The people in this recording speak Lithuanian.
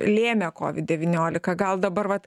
lėmė covid devyniolika gal dabar vat